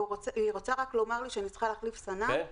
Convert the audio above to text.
והיא רוצה רק לומר לי שאני צריכה להחליף סנן -- כן.